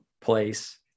place